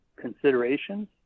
considerations